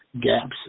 gaps